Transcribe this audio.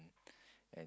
and